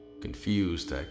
Confused